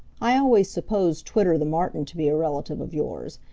i always supposed twitter the martin to be a relative of yours,